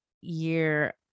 year